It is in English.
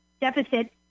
deficit